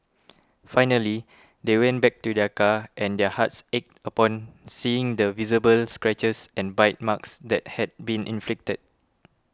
finally they went back to their car and their hearts ached upon seeing the visible scratches and bite marks that had been inflicted